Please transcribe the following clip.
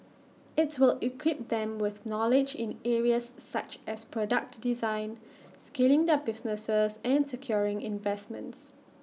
IT will equip them with knowledge in areas such as product design scaling their businesses and securing investments